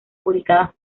publicadas